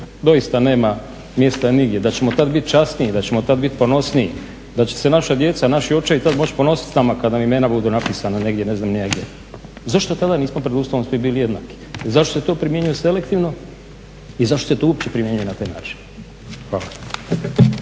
doista nema mjesta nigdje, da ćemo tad bit časniji, da ćemo tad bit ponosniji, da će se naša djeca, naši očevi tad moći ponosit s nama kad nam imena budu napisana negdje, ne znam ni ja gdje. Zašto tada nismo pred Ustavom svi bili jednaki, zašto se to primjenjuje selektivno i zašto se to uopće primjenjuje na taj način. Hvala.